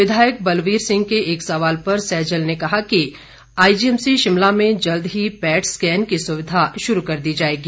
विधायक बलवीर सिंह के एक सवाल पर सैजल ने कहा कि आईजीएमसी शिमला में जल्द ही पैट स्कैन की सुविधा शुरू कर दी जाएगी